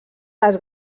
les